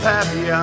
Happy